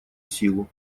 силу